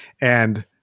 and-